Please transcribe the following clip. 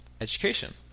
education